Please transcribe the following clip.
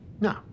No